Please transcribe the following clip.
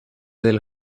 del